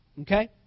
Okay